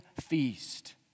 feast